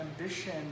ambition